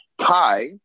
Kai